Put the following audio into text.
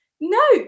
no